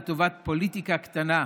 לטובת פוליטיקה קטנה.